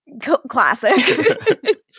Classic